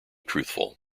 truthful